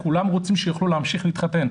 כולם רוצים שיוכלו להמשיך להתחתן.